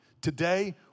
Today